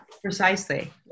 Precisely